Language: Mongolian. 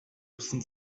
ирсэн